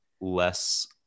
less